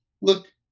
look